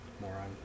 Moron